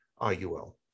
iul